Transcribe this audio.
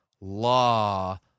law